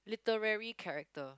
literary character